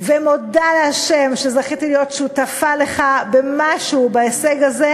ומודה לה' שזכיתי להיות שותפה לך במשהו בהישג הזה,